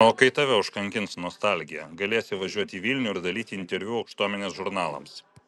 o kai tave užkankins nostalgija galėsi važiuoti į vilnių ir dalyti interviu aukštuomenės žurnalams